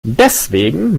deswegen